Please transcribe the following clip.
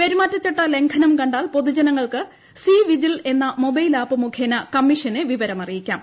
പെരുമിറ്റുച്ചട്ട് ലംഘനം കണ്ടാൽ പൊതുജനങ്ങൾക്ക് സി പ്പിജിൽ എന്ന മൊബൈൽ ആപ്പ് മുഖേന കമ്മിഷനെ വിവരം അറിയിക്കാം